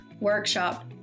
workshop